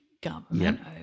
Government